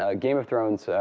ah game of thrones,